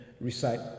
recite